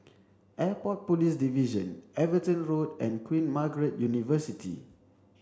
Airport Police Division Everton Road and Queen Margaret University